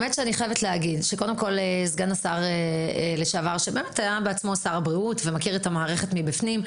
אני חייבת לומר שסגן השר לשעבר היה שר הבריאות ומכיר את המערכת מבפנים.